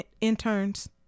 interns